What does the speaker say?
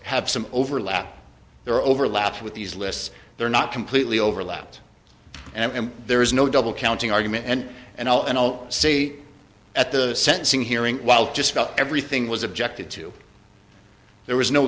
have some overlap there are overlaps with these lists they're not completely overlapped and there is no double counting argument and and all and all say at the sentencing hearing while just about everything was objected to there was no